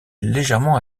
légèrement